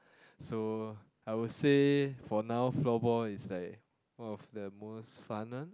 so I will say for now floorball is like one of the most fun one